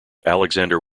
alexander